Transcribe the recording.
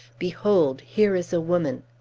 behold! here is a woman!